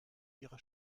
ihre